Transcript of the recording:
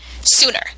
sooner